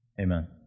Amen